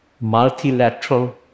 multilateral